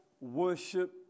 worship